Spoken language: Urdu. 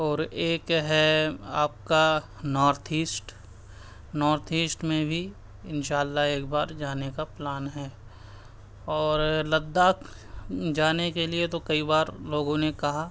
اور ایک ہے آپ کا نارتھ ایسٹ نارتھ ایسٹ میں بھی ان شاء اللّہ ایک بار جانے کا پلان ہے اور لداخ جانے کے لیے تو کئی بار لوگوں نے کہا